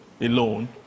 alone